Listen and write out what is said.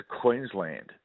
Queensland